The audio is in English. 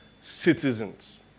citizens